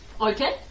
Okay